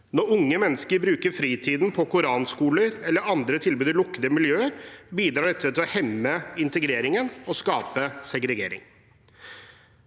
Når unge mennesker bruker fritiden på koranskoler eller andre tilbud i lukkede miljøer, bidrar dette til å hemme integreringen og skape segregering.